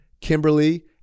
Kimberly